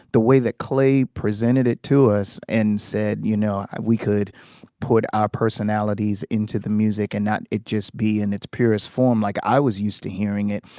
the way that clay presented it to us and said you know we could put our personalities into the music and not just be in its purest form like i was used to hearing it.